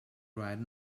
right